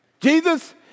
Jesus